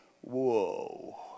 whoa